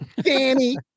Danny